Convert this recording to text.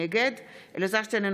נגד אלעזר שטרן,